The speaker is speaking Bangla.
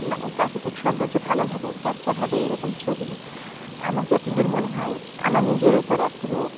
মানে প্রাকৃতিক সৌন্দর্য ভালোভাবে ক্যাপচার হবে এরকম ছবি আমার যতদূর মনে হয় আমার নিজের উপরে পুরো